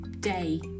day